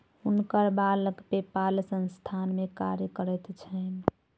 हुनकर बालक पेपाल संस्थान में कार्य करैत छैन